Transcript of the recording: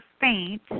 faint